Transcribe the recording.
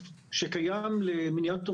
מה שח"כ קטי שטרית הזכירה,